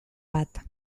bat